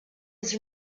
was